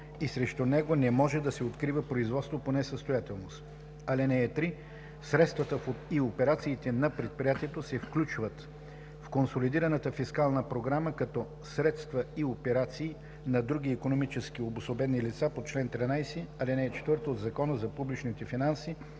и срещу него не може да се открива производство по несъстоятелност. (3) Средствата и операциите на предприятието се включват в консолидираната фискална програма като средства и операции на други икономически обособени лица по чл. 13, ал. 4 от Закона за публичните финанси